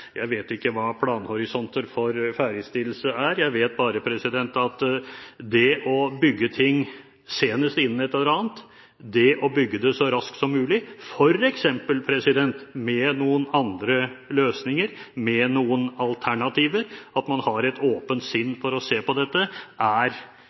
Jeg vet ikke hva planhorisonter for ferdigstillelse er. Jeg vet bare at det å bygge noe innen en eller annen frist, det å bygge det så raskt som mulig – f.eks. med noen andre løsninger, med noen alternativer – og at man har et åpent